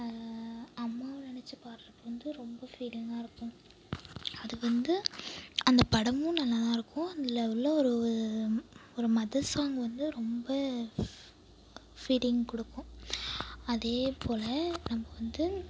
அம்மாவை நெனைச்சி பாடுகிறப்ப வந்து ரொம்ப ஃபீலிங்காக இருக்கும் அது வந்து அந்த படமும் நல்லாதான் இருக்கும் அதில் உள்ள ஒரு ஒரு மதர் சாங் வந்து ரொம்ப ஃபீலிங் கொடுக்கும் அதேபோல் நம்ம வந்து